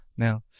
Now